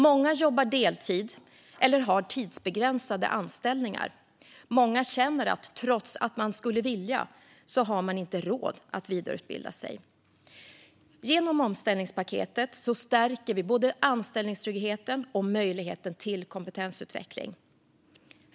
Många jobbar deltid eller har tidsbegränsade anställningar, och många känner att de trots att de skulle vilja inte har råd att vidareutbilda sig. Genom omställningspaketet stärker vi både anställningstryggheten och möjligheten till kompetensutveckling.